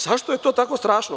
Zašto je to tako strašno?